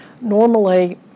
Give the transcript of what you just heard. normally